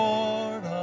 Lord